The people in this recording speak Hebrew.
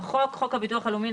"החוק" חוק הביטוח הלאומי ,